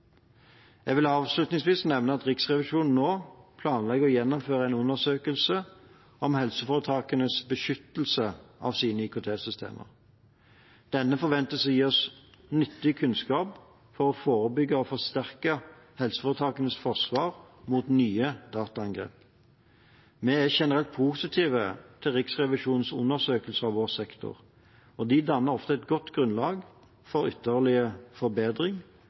Jeg vil avslutningsvis nevne at Riksrevisjonen nå planlegger å gjennomføre en undersøkelse om helseforetakenes beskyttelse av sine IKT-systemer. Denne forventes å gi oss nyttig kunnskap for å forebygge og forsterke helseforetakenes forsvar mot nye dataangrep. Vi er generelt positive til Riksrevisjonens undersøkelser av vår sektor, og de danner ofte et godt grunnlag for ytterligere forbedring.